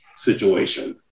Situation